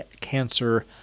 cancer